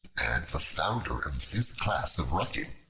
and the founder of this class of writing,